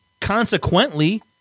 consequently